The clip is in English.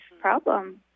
problem